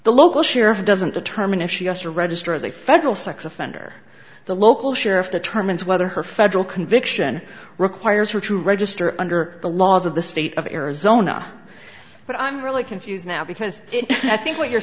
the local sheriff doesn't determine if she has to register as a federal sex offender the local sheriff determines whether her federal conviction requires her to register under the laws of the state of arizona but i'm really confused now because i think what you're